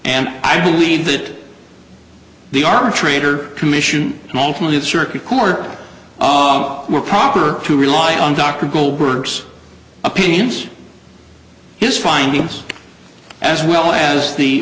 and i believe that the arbitrator commission and ultimately the circuit court were proper to rely on dr goldberg's opinions his findings as well as the